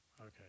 Okay